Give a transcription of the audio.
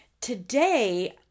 Today